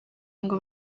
ngo